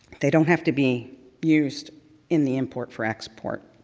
they don't have to be used in the import for export